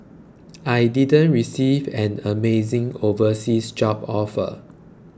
I didn't receive an amazing overseas job offer